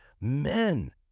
Men